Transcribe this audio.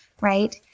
right